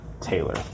Taylor